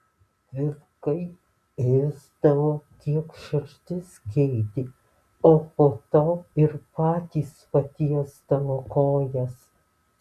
vilkai ėsdavo kiek širdis geidė o po to ir patys patiesdavo kojas